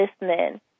listening